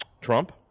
Trump